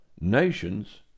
nations